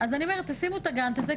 אז אני אומרת תשימו את הגאנט הזה,